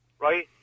right